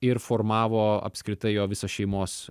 ir formavo apskritai jo visos šeimos